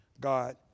God